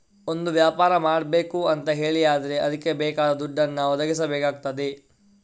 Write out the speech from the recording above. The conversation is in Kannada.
ಒಂದು ವ್ಯಾಪಾರ ಮಾಡ್ಬೇಕು ಅಂತ ಹೇಳಿ ಆದ್ರೆ ಅದ್ಕೆ ಬೇಕಾದ ದುಡ್ಡನ್ನ ಒದಗಿಸಬೇಕಾಗ್ತದೆ